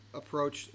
approach